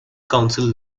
council